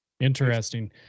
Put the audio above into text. interesting